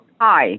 Hi